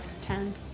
Ten